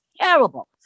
terrible